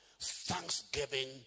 thanksgiving